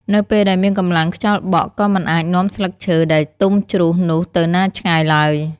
នៅពេលដែលមានកម្លាំងខ្យល់បក់ក៏មិនអាចនាំស្លឹកឈើដែលទំុជ្រុះនោះទៅណាឆ្ងាយឡើយ។